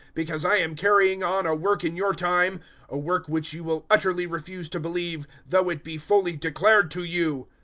because i am carrying on a work in your time a work which you will utterly refuse to believe, though it be fully declared to you